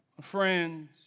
Friends